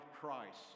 Christ